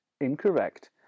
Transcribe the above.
Incorrect